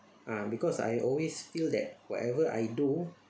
ah because I always feel that whatever I do